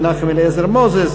מנחם אליעזר מוזס,